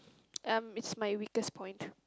um it's my weakest point